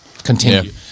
continue